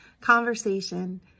conversation